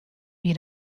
wie